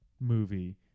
movie